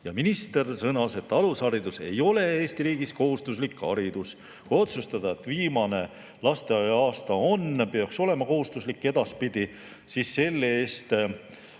Minister sõnas, et alusharidus ei ole Eesti riigis kohustuslik haridus. Kui otsustada, et viimane lasteaia aasta peaks olema edaspidi kohustuslik, siis selle